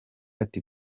ati